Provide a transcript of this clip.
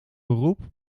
beroep